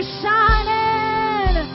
shining